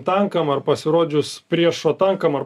tankams ar pasirodžius priešo tankam ar